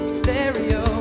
stereo